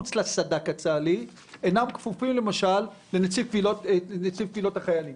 מחוץ לסד"כ הצה"לי אינם כפופים לנציג קבילות חיילים.